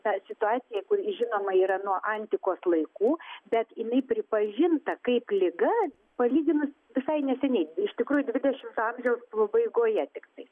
ta situacija žinoma yra nuo antikos laikų bet jinai pripažinta kaip liga palyginus visai neseniai iš tikrųjų dvidešimto amžiaus pabaigoje tiktai